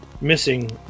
missing